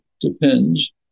depends